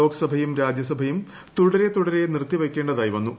ലോകസഭയും രാജൃസഭയും തുടരെതുടരെ നിർത്തിവയ്ക്കേണ്ടതായി വന്നു